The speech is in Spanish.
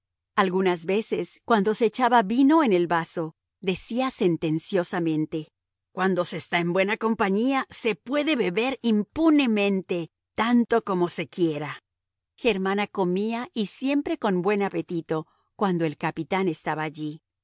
algunas veces cuando se echaba vino en el vaso decía sentenciosamente cuando se está en buena compañía se puede beber impunemente tanto como se quiera germana comía siempre con buen apetito cuando el capitán estaba allí